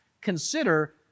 consider